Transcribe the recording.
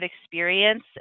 experience